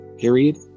period